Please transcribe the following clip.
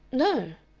no,